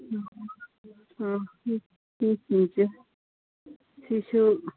ꯃꯤ ꯃꯤꯁꯤꯡꯁꯦ ꯁꯤꯁꯨ